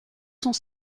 sont